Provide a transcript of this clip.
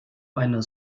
eine